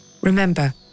Remember